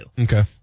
Okay